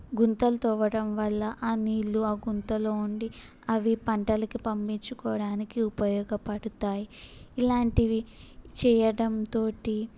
గుంతలు తవ్వడం వల్ల ఆ నీళ్ళు ఆ గుంతలో ఉండి అవి పంటలకు పండించుకోవడానికి ఉపయోగపడుతాయి ఇలాంటివి చేయటంతో